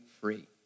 free